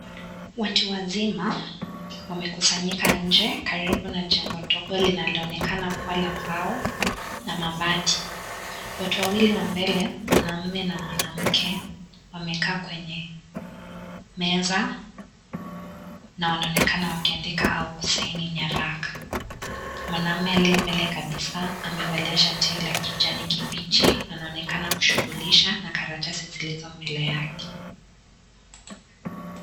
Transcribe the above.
Watu wazima wamekusanyika nje karibu na jengo dogo linaloonekana kuwa la mbao na mabati. Watu wawili wa mbele, mwanaume na mwanamke, wamekaa kwenye meza na wanaonekana wakiandika au kusahini nyaraka. Mwanaume aliye mbele kabisa amevalia shati la kijani kibichi na anaonekana kujishughulisha na karatasi zilizo mbele yake.